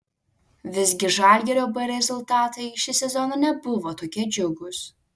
visgi žalgirio b rezultatai šį sezoną nebuvo tokie džiugūs